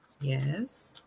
yes